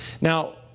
Now